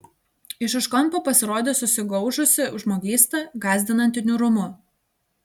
iš už kampo pasirodė susigaužusi žmogysta gąsdinanti niūrumu